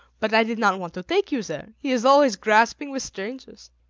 but i did not want to take you there he is always grasping with strangers.